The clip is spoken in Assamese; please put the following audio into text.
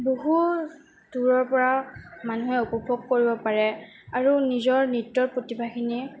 বহু দূৰৰ পৰা মানুহে উপভোগ কৰিব পাৰে আৰু নিজৰ নৃত্যৰ প্ৰতিভাখিনি